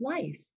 life